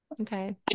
Okay